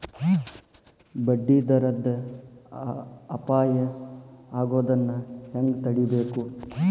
ಬಡ್ಡಿ ದರದ್ ಅಪಾಯಾ ಆಗೊದನ್ನ ಹೆಂಗ್ ತಡೇಬಕು?